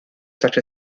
such